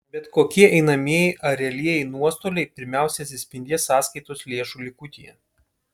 bet kokie einamieji ar realieji nuostoliai pirmiausiai atsispindės sąskaitos lėšų likutyje